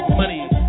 money